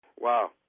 wow